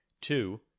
two